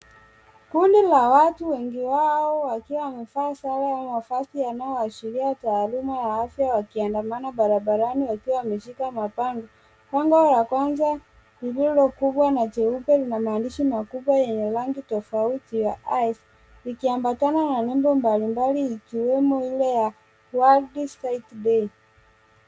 Kundi la watu wengi wao wakiwa wamevaa sare au mavasi yanaoashiria taaluma ya afya wakiandamana barabarani wakiwa wameshika mabango, bango la kwanza lililo kuwa na jeupe na maandishi makubwa enye rangi tafauti ya Eyes ikiambatana na nebo mbali mbali ikiwemo ile ya world sight day .